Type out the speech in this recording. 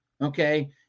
Okay